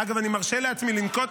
אגב, אני מרשה לעצמי לנקוט